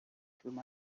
through